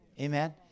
Amen